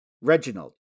Reginald